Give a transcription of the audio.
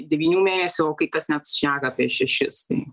devynių mėnesių o kai kas net šneka apie šešis tai